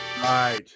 Right